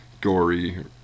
gory